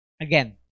Again